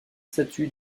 statues